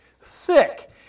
Sick